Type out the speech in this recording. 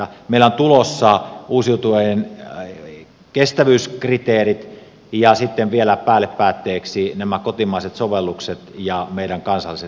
meillä on tulossa uusiutuvien kestävyyskriteerit ja sitten vielä päälle päätteeksi nämä kotimaiset sovellukset ja meidän kansalliset ratkaisumme